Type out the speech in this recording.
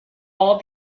all